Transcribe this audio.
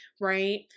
right